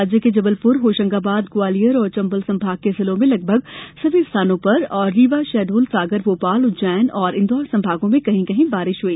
राज्य के जबलपुर होशंगाबाद ग्वालियर और चंबल संभाग के जिलों में लगभग सभी स्थानों पर और रीवा शहडोल सागर भोपाल उज्जैन और इंदौर सभागों में कहीं कहीं बारिश हुई